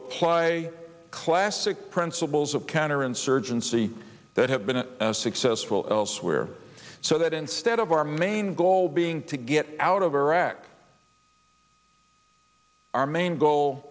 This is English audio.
apply classic principles of counterinsurgency that have been successful elsewhere so that instead of our main goal being to get out of iraq our main goal